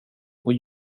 och